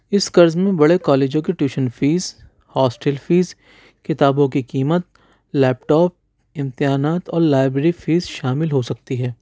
اس قرض میں بڑے کالجوں کی ٹیوشن فیس ہاسٹل فیس کتابوں کی قیمت لیپ ٹاپ امتحانات اور لائبریری فیس شامل ہوسکتی ہے